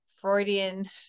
Freudian